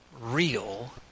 real